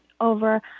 over